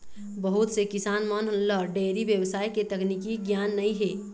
बहुत से किसान मन ल डेयरी बेवसाय के तकनीकी गियान नइ हे